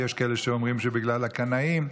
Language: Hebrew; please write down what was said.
ויש כאלה שאומרים שבגלל הקנאים.